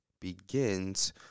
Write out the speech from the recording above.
begins